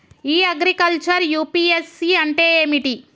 ఇ agriculture UPSC అంటే ఏమిటి?